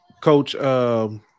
Coach